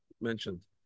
mentioned